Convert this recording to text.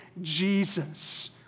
Jesus